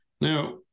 Now